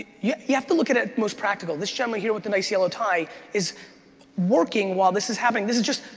yeah you have to look at it most practical, this gentleman here with the nice yellow tie is working while this is happening. this is just,